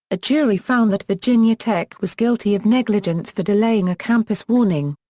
a jury found that virginia tech was guilty of negligence for delaying a campus warning.